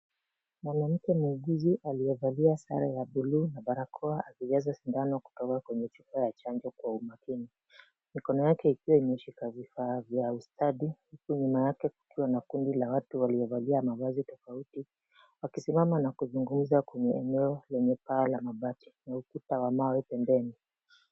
Mwanamke muuguzi aliyevaa sare ya buluu na barakoa akijaza sindano kutoka kwenye chupa ya chanjo kwa umakini. Mikono yake ikiwa imeshika vifaa vya ustadi, huku nyuma yake kukiwa na kundi la watu waliovalia mavazi tofauti, wakisimama na kuzungumza kwenye eneo lenye paa la mabati na ukuta wa mawe pembeni.